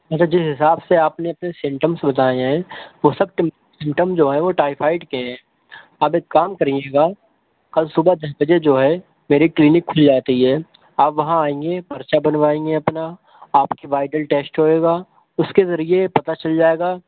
مطلب جس حساب سے آپ نے اپنے سینٹمس بتائے ہیں وہ سب سیمٹم جو ہیں ٹائیفائیڈ کے ہیں آپ ایک کام کریے گا کل صبح دس بجے جو ہے میری کلینک کھل جاتی ہے آپ وہاں آئیں گے پرچہ بنوائیں گے اپنا آپ کی وائیڈل ٹیسٹ ہوگا اس کے ذریعے پتا چل جائے گا